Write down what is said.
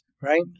right